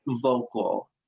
vocal